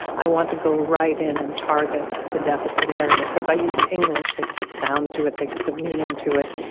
i want them to go right in and target the deficit area. so if i used english they could put sound to it, they could put meaning to it,